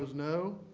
no.